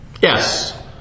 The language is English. Yes